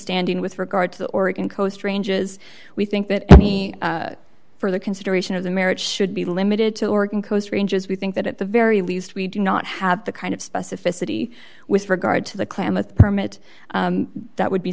standing with regard to the oregon coast ranges we think that any further consideration of the marriage should be limited to oregon coast ranges we think that at the very least we do not have the kind of specificity with regard to the klamath permit that would be